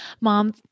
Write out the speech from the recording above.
Mom